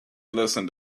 listened